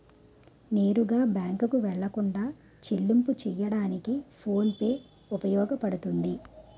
నేరుగా బ్యాంకుకు వెళ్లకుండా చెల్లింపు చెయ్యడానికి ఫోన్ పే ఉపయోగపడుతుంది